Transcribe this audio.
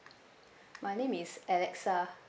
my name is alexa